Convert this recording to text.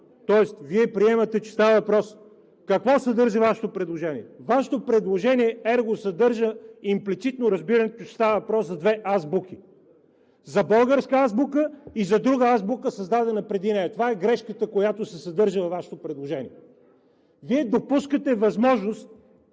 тоест Вие приемате, че става въпрос… (Реплики от ОП.) Какво съдържа Вашето предложение? Вашето предложение ерго съдържа имплицитно разбирането, че става въпрос за две азбуки – за българска азбука, и за друга азбука, създадена преди нея. Това е грешката, която се съдържа във Вашето предложение. Вие допускате възможност